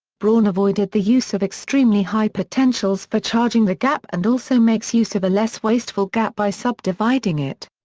braun avoided the use of extremely high potentials for charging the gap and also makes use of a less wasteful gap by sub-dividing it.